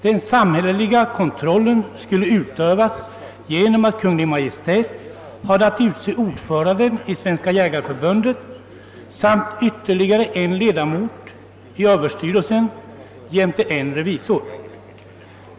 Den samhälleliga kontrollen skulle utövas genom att Kungl. Maj:t hade att utse ordförande i Svenska jägareförbundet samt ytterligare en ledamot av överstyrelsen jämte en revisor.